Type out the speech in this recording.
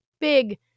big